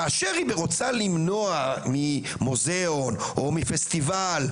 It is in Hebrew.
כאשר היא רוצה למנוע ממוזיאון, או מפסטיבל,